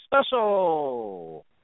Special